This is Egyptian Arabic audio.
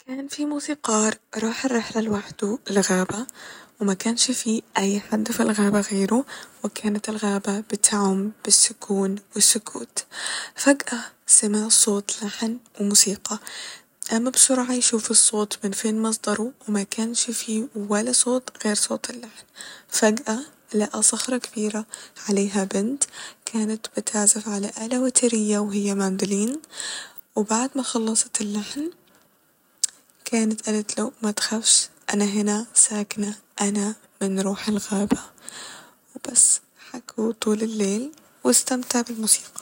كان في موسيقار راح رحلة لوحده لغابة ومكنش في أي حد ف الغابة غيره وكانت الغابة بتعم بالسكون والسكوت فجأة سمع صوت لحن وموسيقى قام بسرعة يشوف الصوت من فين مصدره ومكنش في ولا صوت غير صوت اللحن فجأة لقى صخرة كبيرة عليها بنت كانت بتعزف على آله وترية وهي ماندولين وبعد ما خلصت اللحن كانت قالتله متخافش أنا هنا ساكنة أنا من روح الغابة وبس حكو طول الليل واستمتع بالموسيقى